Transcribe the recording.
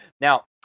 Now